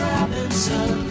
Robinson